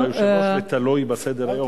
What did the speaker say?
זה גם תלוי ביושב-ראש ותלוי בסדר-יום.